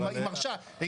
היא מרשה.